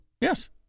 Yes